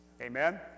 Amen